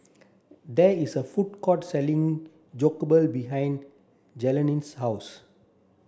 there is a food court selling Jokbal behind Jenelle's house